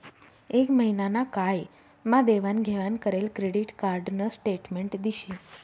एक महिना ना काय मा देवाण घेवाण करेल क्रेडिट कार्ड न स्टेटमेंट दिशी